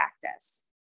practice